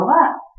up